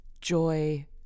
joy